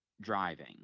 driving